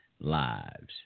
lives